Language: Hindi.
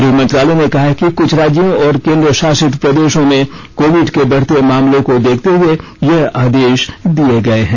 गृह मंत्रालय ने कहा है कि कुछ राज्यों और केन्द्र शासित प्रदेशों में कोविड के बढ़ते मामलों को देखते हुए यह आदेश दिये गये हैं